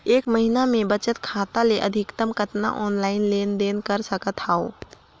एक महीना मे बचत खाता ले अधिकतम कतना ऑनलाइन लेन देन कर सकत हव?